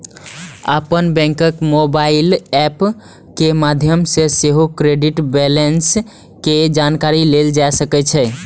अपन बैंकक mobile app के माध्यम सं सेहो क्रेडिट बैंलेंस के जानकारी लेल जा सकै छै